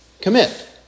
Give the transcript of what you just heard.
commit